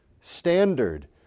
standard